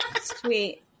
Sweet